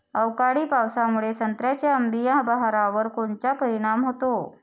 अवकाळी पावसामुळे संत्र्याच्या अंबीया बहारावर कोनचा परिणाम होतो?